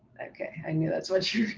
okay, i knew that's what you're